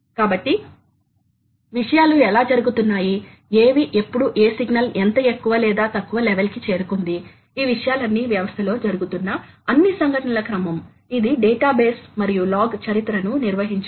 కాబట్టి ఇవి యంత్రాంగాల ను కలిగి ఉంటాయి మరియు వాస్తవానికి యాంత్రిక భాగాలను కలిగి ఉంటాయి మరియు జాబ్ ని మరియు సాధనాన్ని కదిలిస్తాయి